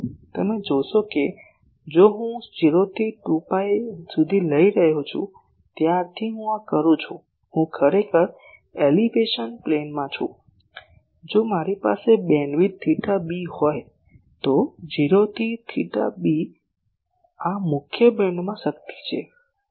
તમે જોશો કે જો હું 0 થી 2 પાઈ સુધી લઈ રહ્યો છું ત્યારથી હું આ કરું છું હું ખરેખર એલિવેશન પ્લેનમાં છું જો મારી પાસે બીમવિડ્થ થીટા બી હોય તો 0 થી થીટા b આ મુખ્ય બીમમાં શક્તિ છે